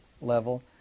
level